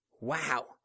Wow